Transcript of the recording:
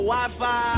Wi-Fi